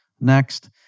next